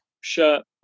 shirt